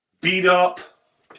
beat-up